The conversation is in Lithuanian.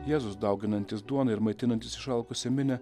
jėzus dauginantis duoną ir maitinantys išalkusią minią